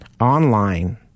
online